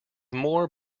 more